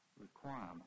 requirement